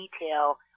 detail